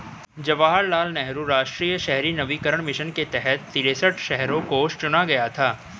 जवाहर लाल नेहरू राष्ट्रीय शहरी नवीकरण मिशन के तहत तिरेसठ शहरों को चुना गया था